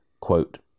quote